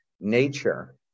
nature